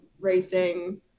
racing